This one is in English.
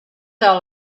all